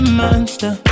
monster